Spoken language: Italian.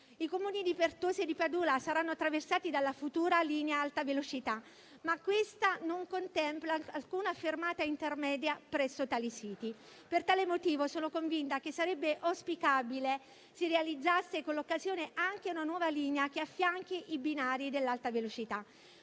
I Comuni di Pertosa e di Padula saranno attraversati dalla futura linea alta velocità, ma questa non contempla alcuna fermata intermedia presso tali siti. Per tale motivo sono convinta che sarebbe auspicabile si realizzasse con l'occasione anche una nuova linea che affianchi i binari dell'alta velocità.